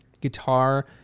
guitar